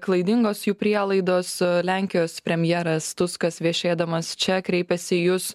klaidingos jų prielaidos lenkijos premjeras tuskas viešėdamas čia kreipėsi į jus